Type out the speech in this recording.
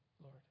Lord